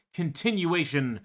continuation